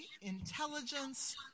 intelligence